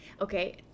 Okay